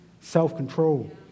self-control